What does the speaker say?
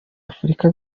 afurika